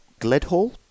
Gledhall